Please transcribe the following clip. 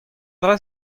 dra